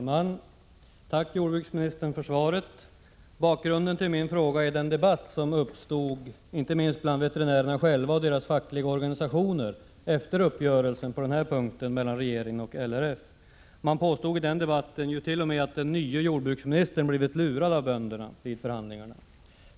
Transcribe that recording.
Herr talman! Tack, jordbruksministern, för svaret! Bakgrunden till min fråga är den debatt som uppstod inte minst bland veterinärerna själva och inom deras fackliga organisationer efter uppgörelsen på den här punkten mellan regeringen och Lantbrukarnas riksförbund. Man påstod i den debatten t.o.m. att den nye jordbruksministern vid förhandlingarna hade blivit lurad av bönderna.